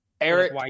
Eric